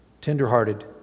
tenderhearted